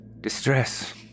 distress